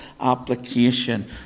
application